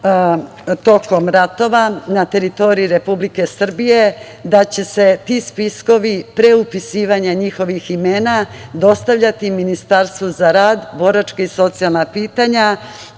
tokom ratova na teritoriji Republike Srbije, da će se ti spiskovi pre upisivanja njihovih imena, dostavljati Ministarstvu za rad, boračka i socijalna pitanja,